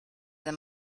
the